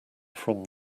from